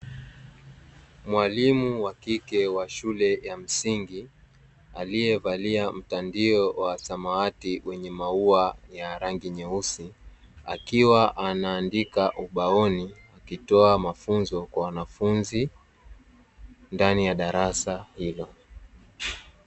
Mwalimu wa kike wa shule ya msingi aliyevalia mtandio wa samawati wenye maua yenye rangi nyeusi, akiwa anaandika ubaoni akitoa mafunzo Kwa wanafunzi ndani ya darasa hilo.